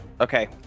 Okay